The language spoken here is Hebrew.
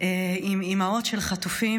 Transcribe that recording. עם אימהות של חטופים.